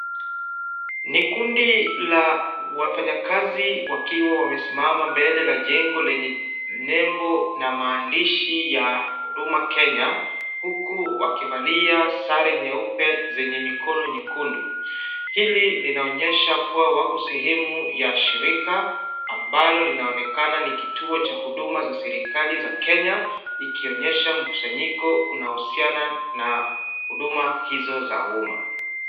Ni kundi la wafanyakazi wakiwa wamesimama mbele ya jengo lenye nembo na maandishi ya huduma Kenya, huku wakivalia sare nyeupe zenye mikono myekundu. Hili linaonyesha kuwa wako sehemu ya shamba ya shirika la huduma za serikali za Kenya. Mkusanyiko unaonyesha mkusanyiko unaohusiana na huduma za umma.